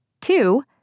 two